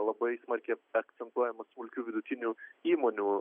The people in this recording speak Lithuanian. labai smarkiai akcentuojama smulkių vidutinių įmonių